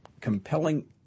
compelling